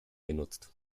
genutzt